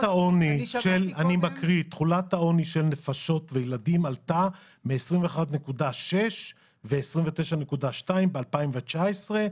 אני קורא: "תחולת העוני של נפשות וילדים עלתה מ-21.6% ו-29.2% ב-2019,